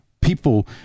People